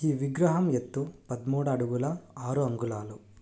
ఈ విగ్రహం ఎత్తు పదమూడు అడుగుల ఆరు అంగుళాలు